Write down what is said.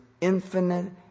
infinite